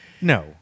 No